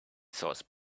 sauce